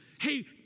hey